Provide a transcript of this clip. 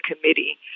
committee